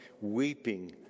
weeping